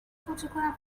photograph